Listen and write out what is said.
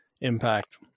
impact